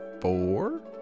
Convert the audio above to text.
four